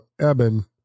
Eben